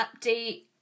update